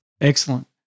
excellent